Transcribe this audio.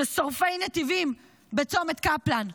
שורפי נתיבים בצומת קפלן,